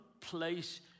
place